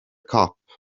cop